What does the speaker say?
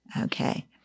Okay